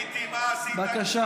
בבקשה.